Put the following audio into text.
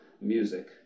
music